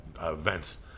events